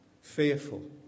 fearful